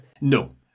No